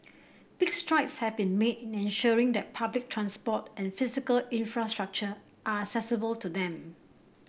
big strides have been made in ensuring that public transport and physical infrastructure are accessible to them